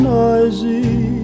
noisy